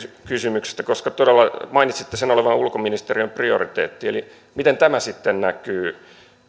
kysymyksestä koska todella mainitsitte sen olevan ulkoministeriön prioriteetti miten tämä sitten näkyy